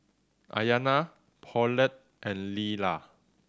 Ayana Paulette and Lyla